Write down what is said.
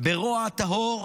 ברוע טהור